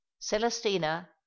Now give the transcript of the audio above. celestina